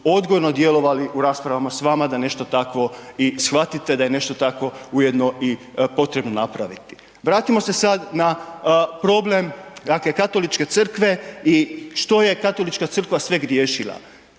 odgojno djelovali u raspravama s vama, da nešto takvo i shvatite, da je nešto takvo ujedno i potrebno napraviti. Vratimo se sad na problem dakle Katoličke Crkve i što je Katolička Crkva sve griješila.